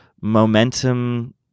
momentum